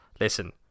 listen